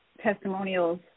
testimonials